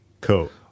cool